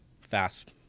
fast